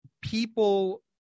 people